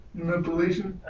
Manipulation